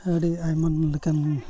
ᱟᱹᱰᱤ ᱟᱭᱢᱟ ᱞᱮᱠᱟᱱ